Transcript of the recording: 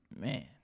man